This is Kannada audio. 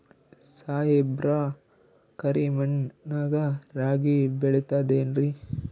ಸಾಹೇಬ್ರ, ಕರಿ ಮಣ್ ನಾಗ ರಾಗಿ ಬೆಳಿತದೇನ್ರಿ?